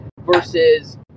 versus